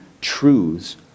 truths